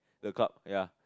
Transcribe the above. the club ya